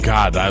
God